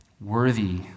worthy